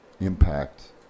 Impact